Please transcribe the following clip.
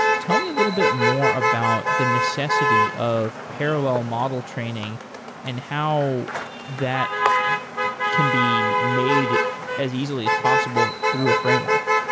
tell me a little bit more about the necessity of parallel model training and how that can be made as easily as possible through a framework.